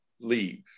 leave